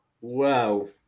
wow